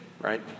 right